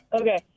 Okay